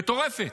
מטורפת,